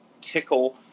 tickle